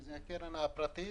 שזו החברה הפרטית,